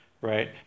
right